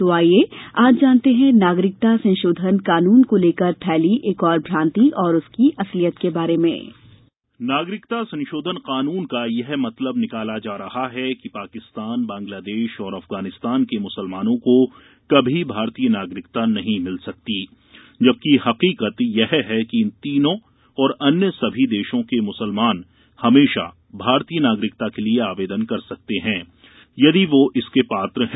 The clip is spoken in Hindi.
तो आईये आज जानते हैं नागरिकता संशोधन कानून को लेकर फैली एक और भ्रान्ति और उसकी असलियत के बारे में नागरिकता संशोधन कानून का यह मतलब निकाला जा रहा है कि पाकिस्तान बांग्लादेश और अफगानिस्तान के मुसलमानों को कभी भारतीय नागरिकता नही भिल सकती जबकि हकीकत यह है कि इन तीनों और अन्य सभी देशों के मुसलमान हमेशा भारतीय नागरिकता के लिए आवेदन कर सकते हैं यदि वो इसके पात्र हैं